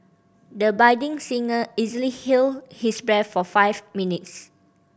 the budding singer easily held his breath for five minutes